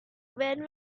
when